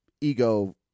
ego